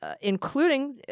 including